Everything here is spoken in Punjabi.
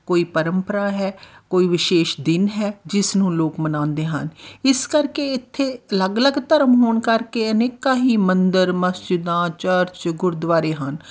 ਕੋਈ ਪਰੰਪਰਾ ਹੈ ਕੋਈ ਵਿਸ਼ੇਸ਼ ਦਿਨ ਹੈ ਜਿਸ ਨੂੰ ਲੋਕ ਮਨਾਉਂਦੇ ਹਨ ਇਸ ਕਰਕੇ ਇੱਥੇ ਅਲੱਗ ਅਲੱਗ ਧਰਮ ਹੋਣ ਕਰਕੇ ਅਨੇਕਾਂ ਹੀ ਮੰਦਰ ਮਸਜਿਦਾਂ ਚਰਚ ਗੁਰਦੁਆਰੇ ਹਨ